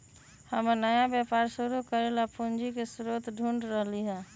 हम नया व्यापार शुरू करे ला पूंजी के स्रोत ढूढ़ रहली है